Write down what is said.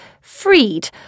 freed